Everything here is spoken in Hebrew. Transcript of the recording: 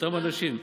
אותם אנשים.